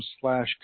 slash